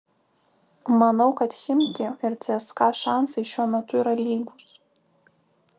manau kad chimki ir cska šansai šiuo metu yra lygūs